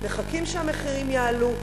מחכים שהמחירים יעלו,